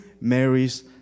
Mary's